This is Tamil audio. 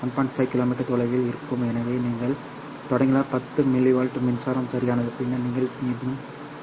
5 km தொலைவில் இருக்கும் எனவே நீங்கள் தொடங்கினால் 10 MW மின்சாரம் சரியானது பின்னர் நீங்கள் இன்னும் 1